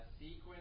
sequence